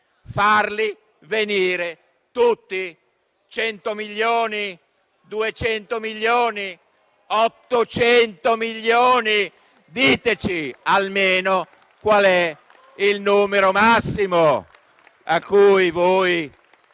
farli venire tutti? 100 milioni 200 milioni, 800 milioni: diteci almeno qual è il numero massimo cui